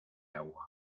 agua